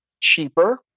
cheaper